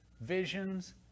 visions